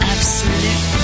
Absolute